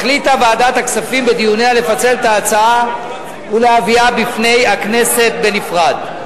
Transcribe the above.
החליטה ועדת הכספים בדיוניה לפצל את ההצעה ולהביאה בפני הכנסת בנפרד.